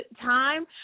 time